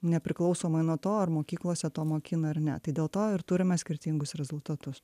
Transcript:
nepriklausomai nuo to ar mokyklose to mokina ar ne tai dėl to ir turime skirtingus rezultatus